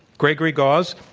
gregory gause.